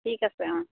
ঠিক আছে অঁ